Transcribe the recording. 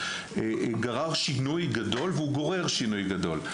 גרר שינוי גדול והוא גורר שינוי גדול.